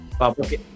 okay